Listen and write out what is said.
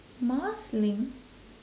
marsiling